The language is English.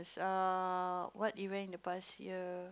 err what event in the past year